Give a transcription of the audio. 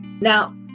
Now